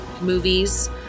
movies